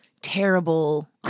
terrible